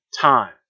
Time